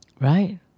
right